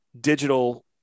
digital